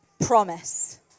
promise